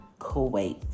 Kuwait